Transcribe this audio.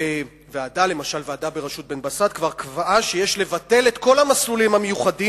וועדה בראשות בן-בסט כבר קבעה שיש לבטל את כל המסלולים המיוחדים,